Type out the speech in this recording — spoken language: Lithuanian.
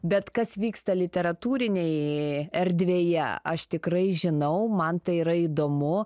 bet kas vyksta literatūrinėj erdvėje aš tikrai žinau man tai yra įdomu